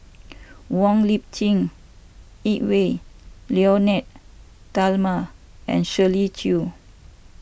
Wong Lip Chin Edwy Lyonet Talma and Shirley Chew